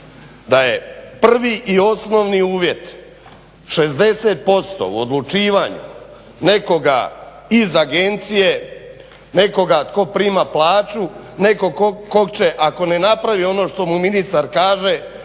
da je prvi i osnovni uvjet 60% u odlučivanju nekoga iz agencije, nekoga tko prima plaću, netko kog će ako ne napravi ono što mu ministar kaže